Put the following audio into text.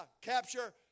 capture